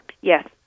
Yes